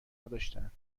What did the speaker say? نداشتهاند